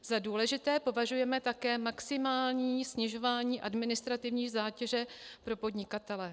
Za důležité považujeme také maximální snižování administrativní zátěže pro podnikatele.